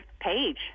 page